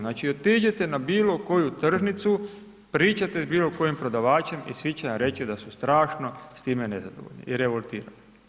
Znači, otiđite na bilo koju tržnicu, pričajte s bilo kojim prodavačem i svi će vam reći da su strašno s time nezadovoljni i revoltirani.